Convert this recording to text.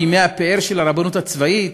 בימי הפאר של הרבנות הצבאית,